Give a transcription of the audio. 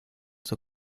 zur